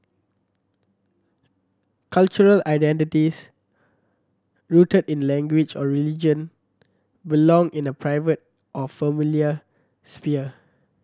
cultural identities rooted in language or religion belong in the private or familial sphere